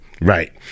Right